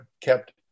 kept